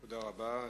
תודה רבה.